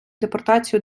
депортацію